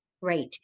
right